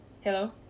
Hello